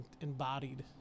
embodied